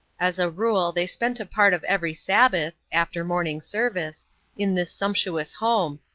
as a rule they spent a part of every sabbath after morning service in this sumptuous home,